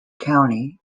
county